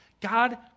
God